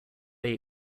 they